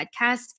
podcast